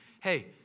Hey